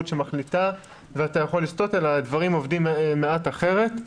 שמחליטה והדברים עובדים מעט אחרת.